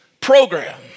program